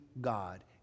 God